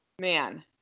Man